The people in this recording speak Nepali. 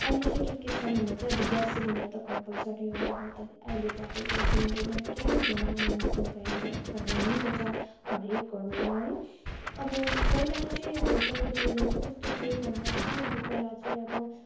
आहिले चाहिँ के के छ भन्दा चाहिँ आब ग्यास सिलिन्डर त कम्पलसरी हो अब त अहिले त अब ग्यास सिलिन्डर बिना केही हुँदैन अनि मिक्सर ग्राइन्डर त हुनैपर्छ हरेक घरमा है अब पहिला चाहिँ अब पहिला पहिला चाहिँ कस्तो थियो भन्दा चाहिँ अब पहिला चाहिँ अब